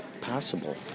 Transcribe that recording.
possible